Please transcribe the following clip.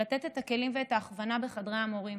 לתת את הכלים ואת ההכוונה בחדרי המורים